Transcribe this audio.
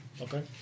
Okay